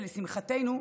ולשמחתנו,